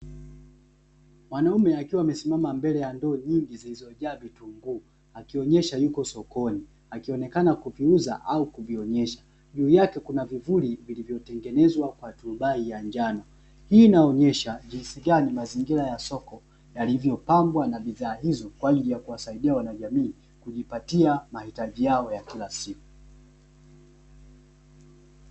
Mwanaume akiwa amesimama mbele ya ndoo nyingi zilizojaa vitunguu akionyesha yuko sokoni, akionekana kuviuza au kuvionyesha. Juu yake kuna vivuli vilivyotengenezwa kwa turubai ya njano. Hii inaonyesha jinsi gani mazingira ya soko yalivyopambwa na bidhaa hizo kwa ajili ya kuwasaidia wanajamii kujipatia mahitaji yao ya kila siku.